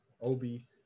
Obi